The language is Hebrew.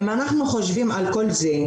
אם אנחנו חושבים על כל זה,